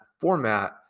format